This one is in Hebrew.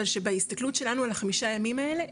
שבהסתכלות שלנו על החמישה ימים האלה,